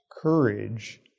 courage